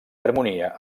harmonia